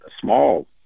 small